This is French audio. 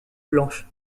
blanche